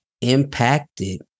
impacted